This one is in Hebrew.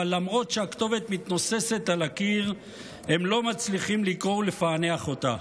אבל למרות שהכתובת מתנוססת על הקיר הם לא מצליחים לקרוא ולפענח אותה.